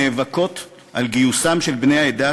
נאבקות על גיוסם של בני העדה,